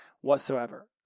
whatsoever